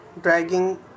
dragging